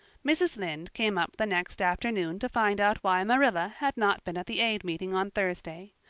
mrs. lynde came up the next afternoon to find out why marilla had not been at the aid meeting on thursday.